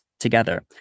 together